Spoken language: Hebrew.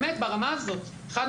חד משמעית, ברמה הזו.